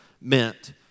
meant